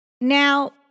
Now